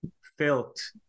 felt